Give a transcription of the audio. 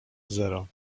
zero